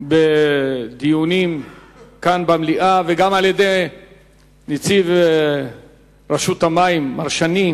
בדיונים כאן במליאה, וגם מנציב רשות המים, מר שני,